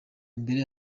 mbere